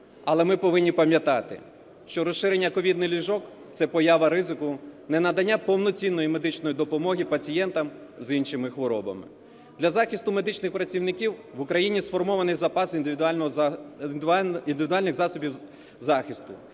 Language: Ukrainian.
Але ми повинні пам'ятати, що розширення ковідних ліжок – це поява ризику ненадання повноцінної медичної допомоги пацієнтам з іншими хворобами. Для захисту медичних працівників в Україні сформований запас індивідуальних засобів захисту,